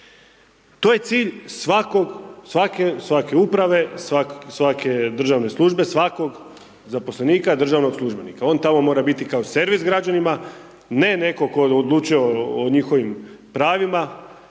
To je cilj svakog, svake uprave, svake državne službe, svakog zaposlenika državnog službenika, on tamo mora biti kao servis građanima, ne netko tko odlučuje o njihovim pravima